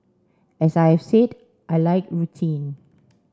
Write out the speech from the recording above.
as I have said I like routine